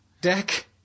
deck